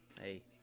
Hey